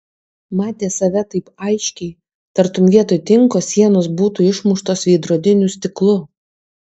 matė save taip aiškiai tartum vietoj tinko sienos būtų išmuštos veidrodiniu stiklu